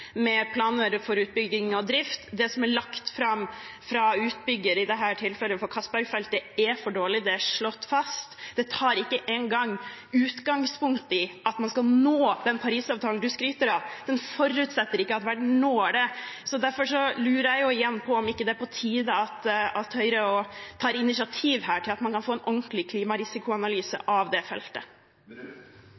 med planer for utbygging og drift. Det som er lagt fram fra utbygger i dette tilfellet, for Castberg-feltet, er for dårlig. Det er slått fast. Det tar ikke engang utgangspunkt i at man skal nå den Parisavtalen representanten Bru skryter av; den forutsetter ikke at verden når det. Derfor lurer jeg igjen på om ikke det er på tide at Høyre tar initiativ til at man kan få en ordentlig